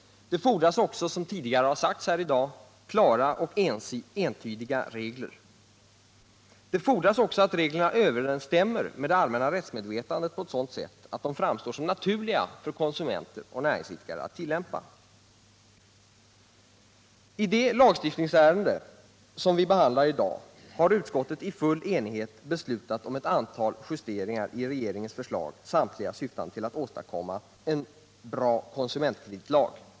Det fordras också, som tidigare har sagts här i dag, klara och entydiga regler. Vidare fordras att reglerna överensstämmer med det allmänna rättsmedvetandet på ett sådant sätt att de för konsumenter och näringsidkare framstår som naturliga att tillämpa. I det lagstiftningsärende som vi behandlar i dag har utskottet i full enighet beslutat om ett antal justeringar i regeringens förslag, samtliga syftande till att åstadkomma en bra konsumentkreditlag.